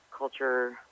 culture